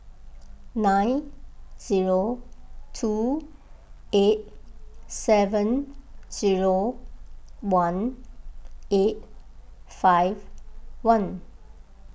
nine zero two eight seven zero one eight five one